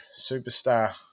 superstar